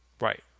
Right